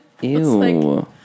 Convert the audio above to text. Ew